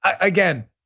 again